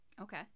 okay